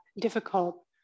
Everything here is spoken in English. difficult